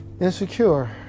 insecure